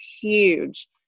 huge